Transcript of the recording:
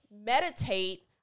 meditate